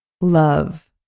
love